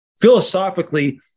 Philosophically